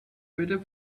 better